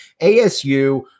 ASU